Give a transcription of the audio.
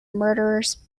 murderers